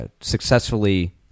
successfully